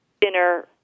dinner